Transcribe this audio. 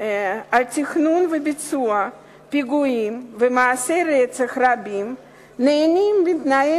בגלל תכנון וביצוע פיגועים ומעשי רצח רבים נהנים מתנאי